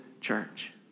church